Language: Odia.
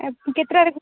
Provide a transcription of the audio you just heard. ଏପ କେତେଟାରେ